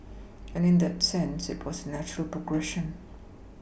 and in that sense this was the natural progression